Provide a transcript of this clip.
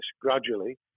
gradually